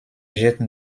jette